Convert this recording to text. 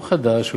הוא חדש,